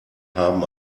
haben